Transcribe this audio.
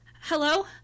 hello